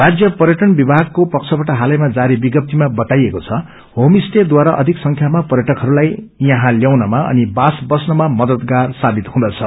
राज्य पर्यटन विभागको पक्षबाट हालैमा जारी विज्ञप्तिमा बताइएको छ होमस्टेद्वारा अधिक संख्याामा पर्यटकहरूलाई यहाँ ल्याउन अनि बास बस्नमा मददगार सावित हुकृदछ